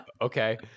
Okay